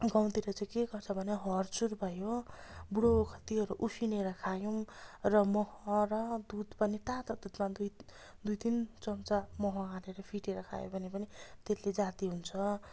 गाउँतिर चाहिँ के गर्छ भने हर्चुर भयो बुढो ओखतीहरू उसिनेर खायौँ र मह र दुध पनि तातो दुधमा दुई दुई तिन चम्चा मह हालेर फिटेर खायो भने पनि त्यसले जाती हुन्छ